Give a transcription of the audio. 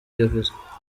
yavuze